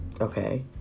Okay